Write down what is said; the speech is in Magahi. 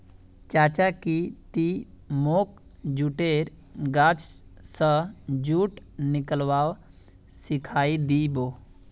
चाचा की ती मोक जुटेर गाछ स जुट निकलव्वा सिखइ दी बो